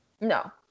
No